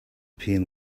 appear